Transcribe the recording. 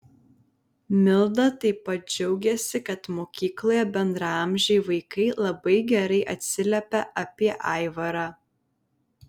milda taip pat džiaugiasi kad mokykloje bendraamžiai vaikai labai gerai atsiliepia apie aivarą